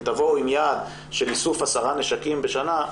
אם תבואו עם יעד של איסוף 10 נשקים בשנה,